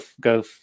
go